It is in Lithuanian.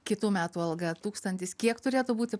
kitų metų alga tūkstantis kiek turėtų būti